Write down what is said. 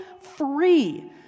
free